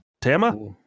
Tama